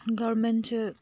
ꯒꯔꯃꯦꯟꯁꯦ